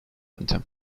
yöntem